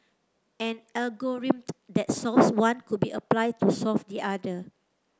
an algorithm that solves one could be applied to solve the other